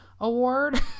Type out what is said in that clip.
award